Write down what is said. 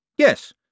Yes